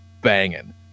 banging